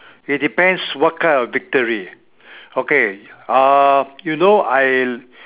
it depends what kind of victory okay uh you know I